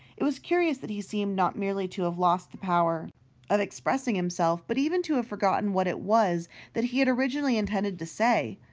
it was curious that he seemed not merely to have lost the power of expressing himself, but even to have forgotten what it was that he had originally intended to say.